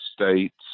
States